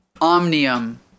Omnium